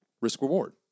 risk-reward